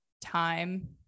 time